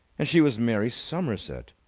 and she was mary somerset!